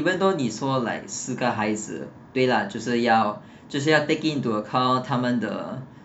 even though 你说 like 四个孩子对 lah 就是要就是要 taking into account 他们的